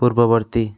ପୂର୍ବବର୍ତ୍ତୀ